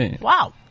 Wow